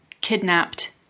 kidnapped